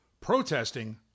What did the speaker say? protesting